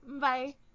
Bye